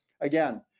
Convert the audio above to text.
again